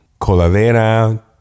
coladera